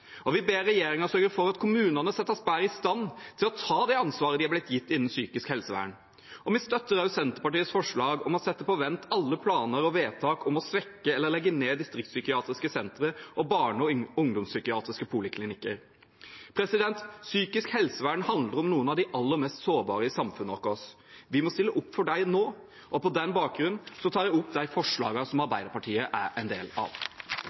og sykehusplan, og vi ber regjeringen sørge for at kommunene settes bedre i stand til å ta det ansvaret de er blitt gitt innen psykisk helsevern. Vi støtter også Senterpartiets forslag om å sette på vent alle planer og vedtak om å svekke eller legge ned distriktspsykiatriske sentre og barne- og ungdomspsykiatriske poliklinikker. Psykisk helsevern handler om noen av de aller mest sårbare i samfunnet vårt. Vi må stille opp for dem nå. På den bakgrunn tar jeg opp de forslagene Arbeiderpartiet er en del av,